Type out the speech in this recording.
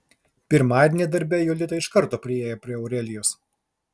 pirmadienį darbe jolita iš karto priėjo prie aurelijos